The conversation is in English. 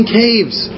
caves